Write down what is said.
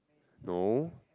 no